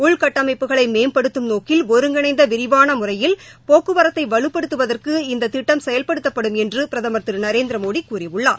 உள்கட்டமைப்புகளை வலுப்படுத்தும் நோக்கில் ஒருங்கிணைந்த விரிவான முறையில் போக்குவரத்தை வலுப்படுத்துவதற்கு இத்திட்டம் செயல்படுத்தப்படும் என்று பிரதமர் திரு நரேந்திரமோடி கூறியுள்ளார்